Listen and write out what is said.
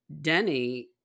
Denny